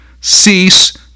Cease